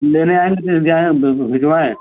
लेने आएँगे या जाएँ भेजवाएँ